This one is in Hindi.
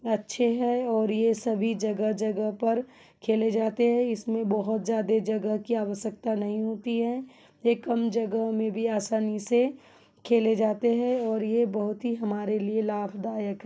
अच्छे हैं और यह सभी जगह जगह पर खेले जाते हैं इसमे बहुत ज़्यादे जगह की आवश्यकता नहीं होती है यह कम जगह में भी आसानी से खेले जाते हैं और यह बहोत ही हमारे लिए लाभदायक